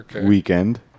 weekend